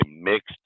mixed